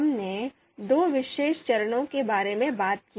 हमने दो विशेष चरणों के बारे में बात की